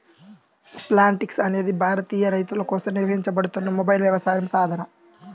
Plantix అనేది భారతీయ రైతులకోసం నిర్వహించబడుతున్న మొబైల్ వ్యవసాయ సాధనం